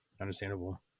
Understandable